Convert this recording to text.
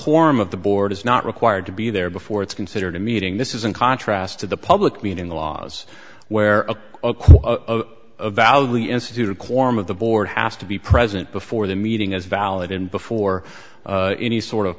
quorum of the board is not required to be there before it's considered a meeting this is in contrast to the public meeting the laws where a validly instituted quorum of the board has to be present before the meeting as valid and before any sort of